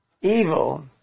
evil